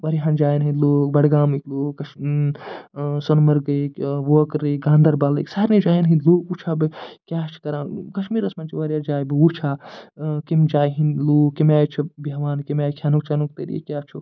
واریاہَن جاین ہِنٛدۍ لوٗکھ بڈگامٕکۍ لوٗکھ کش ٲں سونمَرگٕکۍ ووکرٕکۍ گانٛدربَلٕکۍ سارنٕے جاین ہنٛدۍ لوٗکھ وُچھہٕ ہا بہٕ کیٛاہ چھِ کران کَشمیٖرَس منٛز چھِ واریاہ جایہِ بہٕ وُچھہٕ ہا ٲں کَمہِ جایہِ ہنٛدۍ لوٗکھ کٔمہِ آیہِ چھِ بیٚہوان کَمہِ آیہِ کھیٚنُک چیٚنُک طریٖقہٕ کیٛاہ چھُ